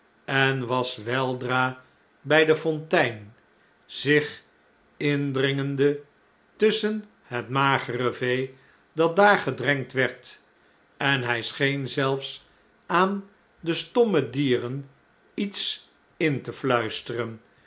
en was weldra bij de fontein zich indringende tusschen het magere vee dat daar gedrenkt werd en hij scheen zelfs aan de stomal e dieren iets in te fluisteren